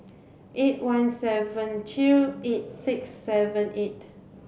eight one seven two eight six seven eight